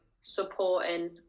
supporting